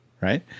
right